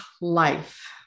life